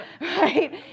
right